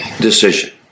decision